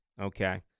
okay